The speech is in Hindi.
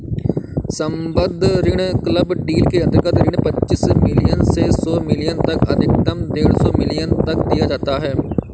सम्बद्ध ऋण क्लब डील के अंतर्गत ऋण पच्चीस मिलियन से सौ मिलियन तक अधिकतम डेढ़ सौ मिलियन तक दिया जाता है